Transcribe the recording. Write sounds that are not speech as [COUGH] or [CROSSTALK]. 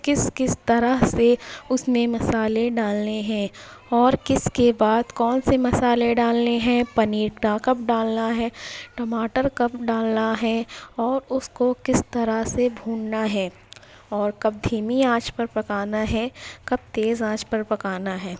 کس کس طرح سے اس میں مسالے ڈالنے ہیں اور کس کے بعد کون سے مسالے ڈالنے ہیں پنیر [UNINTELLIGIBLE] کب ڈالنا ہے ٹماٹر کب ڈالنا ہے اور اس کو کس طرح سے بھوننا ہے اور کب دھیمی آنچ پر پکانا ہے کب تیز آنچ پر پکانا ہے